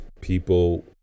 people